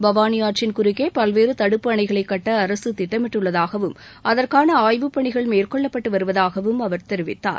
பவாளி ஆற்றின் குறுக்கே பல்வேறு தடுப்பு அணைகளைக் கட்ட அரசு திட்டமிட்டுள்ளதாகவும் அதற்கான ஆய்வுப் பணிகள் மேற்கொள்ளப்பட்டு வருவதாகவும் அவர் தெரிவித்தார்